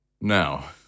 Now